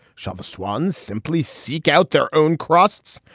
shalva swans simply seek out their own crusts.